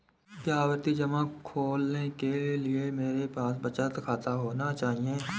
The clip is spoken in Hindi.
क्या आवर्ती जमा खोलने के लिए मेरे पास बचत खाता होना चाहिए?